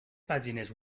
pàgines